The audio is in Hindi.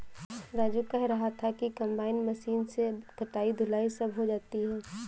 राजू कह रहा था कि कंबाइन मशीन से कटाई धुलाई सब हो जाती है